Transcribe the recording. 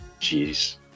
Jeez